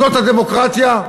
זאת הדמוקרטיה?